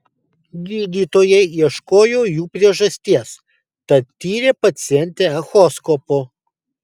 gydytojai ieškojo jų priežasties tad tyrė pacientę echoskopu